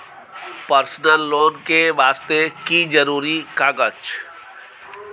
Personal loan ले वास्ते की जरुरी कागज?